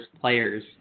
players